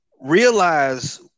realize